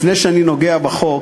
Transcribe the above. לפני שאני נוגע בחוק,